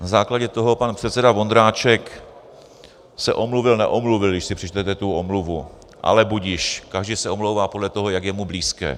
Na základě toho pan předseda Vondráček se omluvil neomluvil, když si přečtete tu omluvu, ale budiž, každý se omlouvá podle toho, jak je mu blízké.